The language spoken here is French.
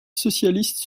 socialistes